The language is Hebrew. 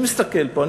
אני מסתכל פה,